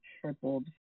tripled